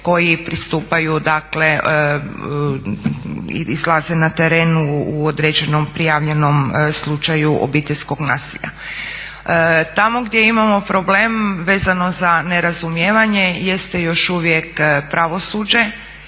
koji pristupaju, dakle izlaze na teren u određenom prijavljenom slučaju obiteljskog nasilja. Tamo gdje imamo problem vezano za nerazumijevanje jeste još uvijek pravosuđe.